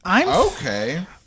Okay